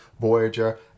Voyager